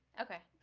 okay,